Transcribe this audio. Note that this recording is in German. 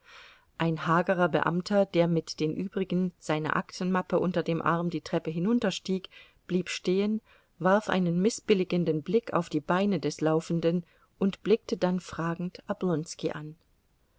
ein hagerer beamter der mit den übrigen seine aktenmappe unter dem arm die treppe hinunterstieg blieb stehen warf einen mißbilligenden blick auf die beine des laufenden und blickte dann fragend oblonski an